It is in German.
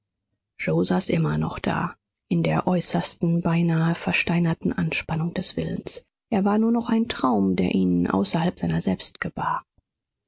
yoe saß immer noch da in der äußersten beinahe versteinerten anspannung des willens er war nur noch ein traum der ihn außerhalb seiner selbst